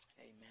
Amen